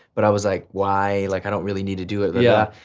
but i was like why, like i don't really need to do it yeah